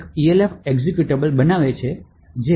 તેથી આ એક Elf એક્ઝેક્યુટેબલ બનાવે છે જે a